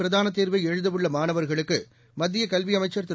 பிரதான தேர்வை எழுதவுள்ள மாணவர்களுக்கு மத்திய கல்வி அமைச்சர் திரு